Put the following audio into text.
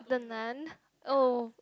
the Nun oh